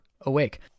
awake